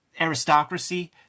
aristocracy